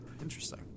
Interesting